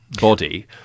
body